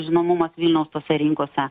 žinomumas vilniaus tose rinkose